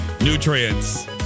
Nutrients